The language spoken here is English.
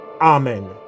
Amen